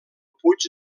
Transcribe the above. puig